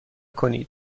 کنید